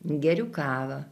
geriu kavą